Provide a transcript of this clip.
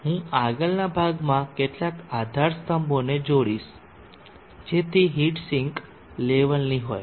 હું આગળના ભાગમાં કેટલાક આધાર સ્તંભોને જોડીશ જેથી હીટ સિંક લેવલની હોય